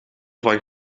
van